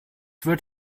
wird